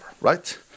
right